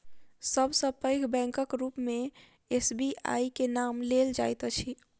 सब सॅ पैघ बैंकक रूप मे एस.बी.आई के नाम लेल जाइत अछि